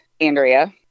Andrea